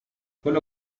quello